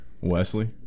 Wesley